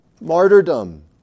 martyrdom